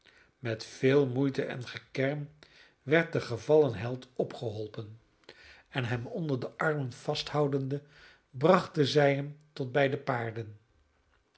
met veel moeite en gekerm werd de gevallen held opgeholpen en hem onder de armen vasthoudende brachten zij hem tot bij de paarden